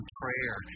prayer